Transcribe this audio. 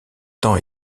temps